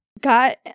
got